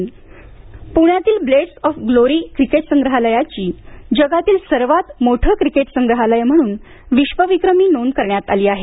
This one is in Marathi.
क्रिकेट संग्रहालय पूण्यातील ब्लेड्स ऑफ ग्लोरी क्रिकेट संग्रहालयाची जगातील सर्वात मोठं क्रिकेट संग्रहालय म्हणून विश्वविक्रमी नोंद करण्यात आली आहे